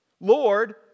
Lord